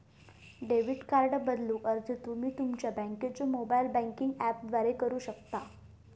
debit card बदलूक अर्ज तुम्ही तुमच्यो बँकेच्यो मोबाइल बँकिंग ऍपद्वारा करू शकता